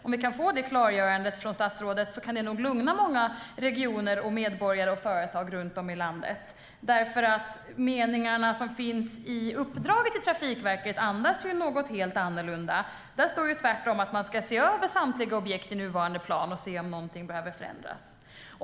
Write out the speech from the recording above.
Om vi kan få det klargörandet från statsrådet kan det nog lugna många regioner, medborgare och företag runt om i landet. Meningarna som finns i uppdraget till Trafikverket andas något helt annorlunda. Där står tvärtom att man ska se över samtliga objekt i nuvarande plan och se om någonting behöver förändras.